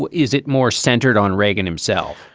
but is it more centered on reagan himself?